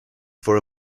for